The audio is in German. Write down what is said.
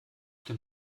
dem